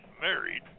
married